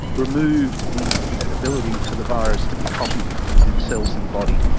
removed the ability for the virus to be copied within cells in the body,